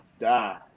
die